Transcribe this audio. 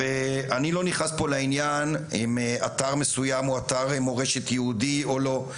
אני לא נכנס פה לעניין אם אתר מסוים הוא אתר מורשת יהודי או לא,